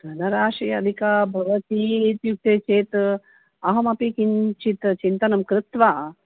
धनराशिः अधिकः भवति इत्युक्ते चेद् अहम् अपि किञ्चिद् चिन्तनं कृत्वा